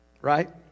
Right